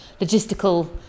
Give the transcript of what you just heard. logistical